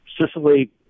Sicily